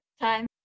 time